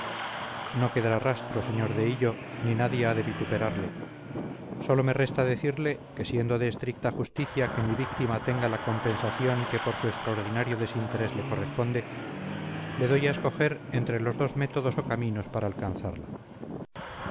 no quedará rastro sr de hillo ni nadie ha de vituperarle sólo me resta decirle que siendo de estricta justicia que mi víctima tenga la compensación que por su extraordinario desinterés le corresponde le doy a escoger entre los dos métodos o caminos para alcanzarla